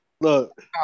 Look